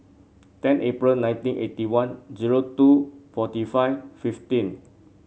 ten April nineteen eighty one zero two forty five fifteen